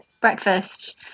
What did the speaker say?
breakfast